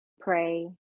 Pray